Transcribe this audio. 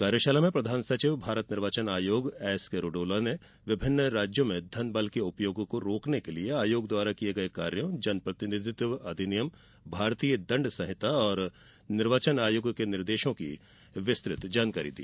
कार्यशाला में प्रधान सचिव भारत निर्वाचन आयोग एसकेरूडोला ने विभिन्न राज्यों में धन बल के उपयोग को रोकने के लिये आयोग द्वारा किये गये कार्यों जन प्रतिनिधित्व अधिनियम भारतीय दण्ड संहिता निर्वाचन आयोग के निर्देशों की विस्तृत जानकारी दी